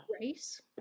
race